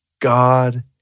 God